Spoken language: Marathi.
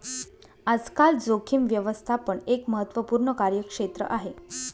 आजकाल जोखीम व्यवस्थापन एक महत्त्वपूर्ण कार्यक्षेत्र आहे